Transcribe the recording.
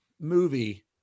movie